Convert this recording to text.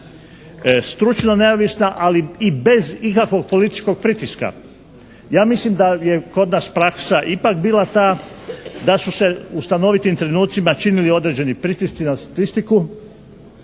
stručno neovisna ali i bez ikakvog političkog pritiska. Ja mislim da je kod nas praksa ipak bila ta da su se u stanovitim trenucima činili određeni pritisci na statistiku